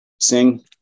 sing